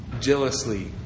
jealously